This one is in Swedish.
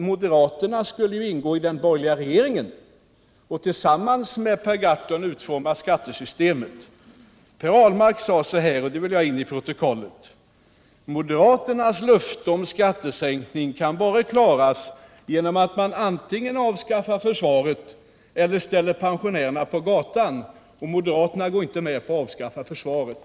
Moderaterna skulle ingå i den borgerliga regeringen och tillsammans med Per Gahrton utforma skattesystemet. Herr Ahlmark sade — och det vill jag ha in i protokollet: ”Moderaternas löfte om skattesänkning kan bara klaras genom att man antingen avskaffar försvaret eller ställer pensionärerna på gatan” — och jag säger att moderaterna går inte med på att avskaffa försvaret.